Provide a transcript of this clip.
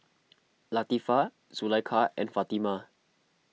Latifa Zulaikha and Fatimah